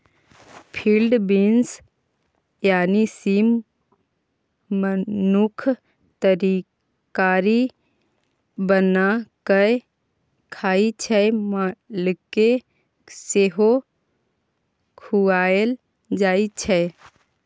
field beans यानी सीम मनुख तरकारी बना कए खाइ छै मालकेँ सेहो खुआएल जाइ छै